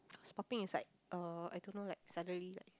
so popping is like uh I don't know like suddenly like